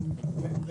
אומר,